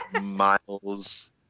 Miles